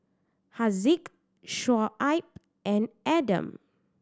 Haziq Shoaib and Adam